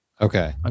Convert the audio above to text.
Okay